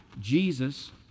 Jesus